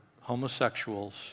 homosexuals